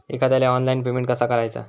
एखाद्याला online payment कसा करायचा?